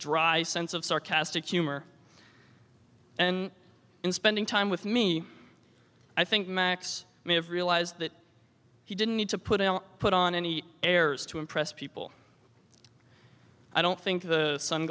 dry sense of sarcastic humor and in spending time with me i think max may have realized that he didn't need to put i'll put on any airs to impress people i don't think the sun